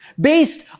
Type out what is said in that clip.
Based